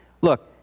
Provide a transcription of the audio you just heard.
look